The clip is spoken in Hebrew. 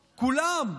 כולם,